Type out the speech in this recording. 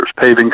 paving